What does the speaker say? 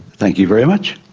thank you very much.